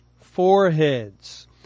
foreheads